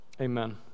Amen